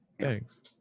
thanks